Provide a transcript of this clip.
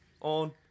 on